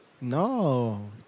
No